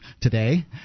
today